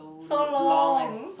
so long